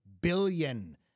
billion